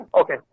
Okay